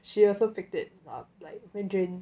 she also picked it up like mandarin